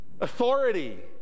authority